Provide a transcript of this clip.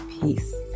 Peace